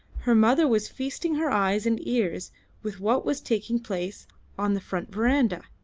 her mother was feasting her eyes and ears with what was taking place on the front verandah,